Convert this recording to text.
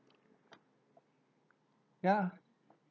ya